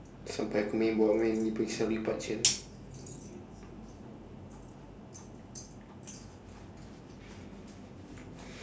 sampai aku main buat main ni